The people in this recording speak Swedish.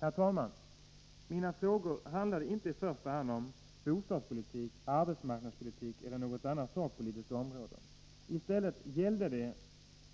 Herr talman! Mina frågor handlade inte i första hand om bostadspolitik, arbetsmarknadspolitik eller något annat sakpolitiskt område. I stället gällde de